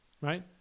Right